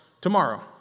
tomorrow